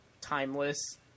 Timeless